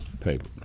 Paper